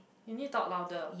you need talk louder